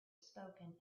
spoken